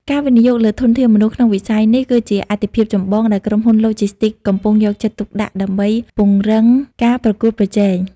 ការវិនិយោគលើធនធានមនុស្សក្នុងវិស័យនេះ គឺជាអាទិភាពចម្បងដែលក្រុមហ៊ុនឡូជីស្ទីកកំពុងយកចិត្តទុកដាក់ដើម្បីពង្រឹងការប្រកួតប្រជែង។